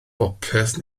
bopeth